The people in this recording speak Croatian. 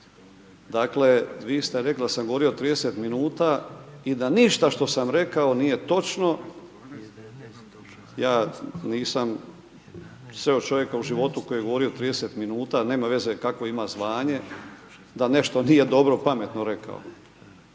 Dakle, vi ste rekli da sam govorio 30 minuta i da ništa što sam rekao nije točno, ja nisam sreo čovjeka u životu koji je govorio 30 minuta, nema veze kakvo ima zvanje, da nešto nije dobro, pametno rekao,